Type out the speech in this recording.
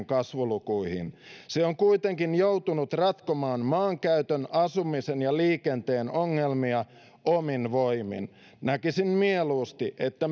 kasvulukuihin se on kuitenkin joutunut ratkomaan maankäytön asumisen ja liikenteen ongelmia omin voimin näkisin mieluusti että